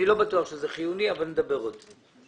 אני לא בטוח שזה חיוני, אבל נדבר על זה.